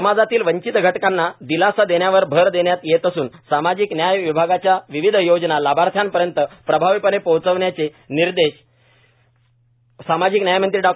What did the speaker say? समाजातील वंचित घटकांना दिलासा देण्यावर भर देण्यात येत असून सामाजिक न्याय विभागाच्या विविध योजना लाभार्थ्यापर्यंत प्रभावीपणे पोहचविण्याचे निर्देश सामाजिक न्याय मंत्री डॉ